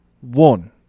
one